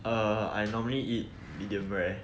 err I normally eat medium rare